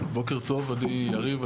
אני יריב,